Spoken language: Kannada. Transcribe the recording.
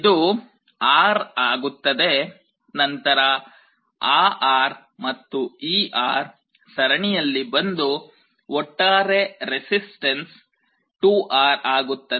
ಇದು R ಆಗುತ್ತದೆ ನಂತರ ಆ R ಮತ್ತು ಈ R ಸರಣಿಯಲ್ಲಿ ಬಂದು ಒಟ್ಟಾರೆ ರೆಸಿಸ್ಟನ್ಸ್ 2R ಆಗುತ್ತದೆ